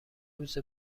روز